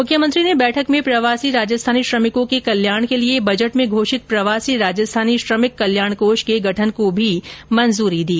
मुख्यमंत्री ने बैठक में प्रवासी राजस्थानी श्रमिकों के कल्याण के लिए बजट में घोषित प्रवासी राजस्थानी श्रमिक कल्याण कोष के गठन को भी मंजूरी दी